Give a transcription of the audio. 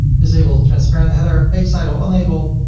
disable transparent header, page title enable,